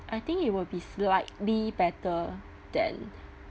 I think it will be slightly better than